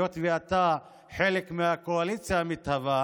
היות שאתה חלק מהקואליציה המתהווה,